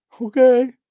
Okay